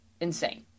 insane